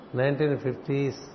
1950s